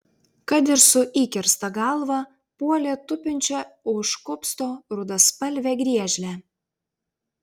kad ir su įkirsta galva puolė tupinčią už kupsto rudaspalvę griežlę